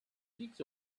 six